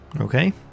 Okay